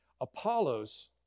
Apollos